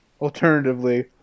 Alternatively